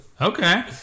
Okay